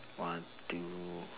one two